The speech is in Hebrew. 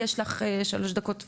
יש לך שלוש דקות וחצי,